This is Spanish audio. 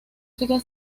sigue